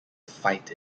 fight